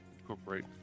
incorporate